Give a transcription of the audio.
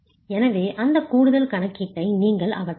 எனவே அந்த கூடுதல் கணக்கீட்டை நீங்கள் அகற்றலாம்